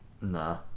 Nah